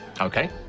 Okay